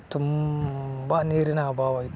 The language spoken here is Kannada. ತುಂಬ ನೀರಿನ ಅಭಾವ ಇತ್ತು